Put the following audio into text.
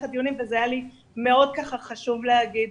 הדיונים וזה היה לי מאוד חשוב להגיד.